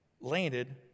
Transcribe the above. landed